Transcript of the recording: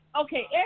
okay